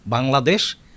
Bangladesh